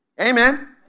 Amen